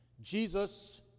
Jesus